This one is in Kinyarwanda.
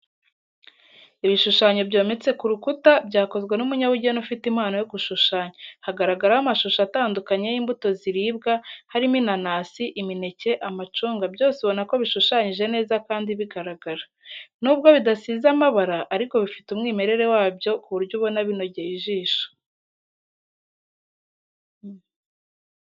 Ibisushanyo byometse ku rukuta byakozwe n'umunyabugeni ufite impano yo gushushanya, hagaragaraho amashusho atandukanye y'imbuto ziribwa, harimo inanasi, imineke, amacunga byose ubona ko bishushanyije neza kandi bigaragara. Nubwo bidasize amabara ariko bifite umwimere wabyo ku buryo ubona binogeye ijisho.